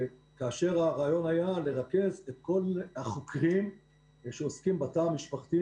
כאשר הרעיון היה לרכז ביחידה אחת את כל החוקרים שעוסקים בתא המשפחתי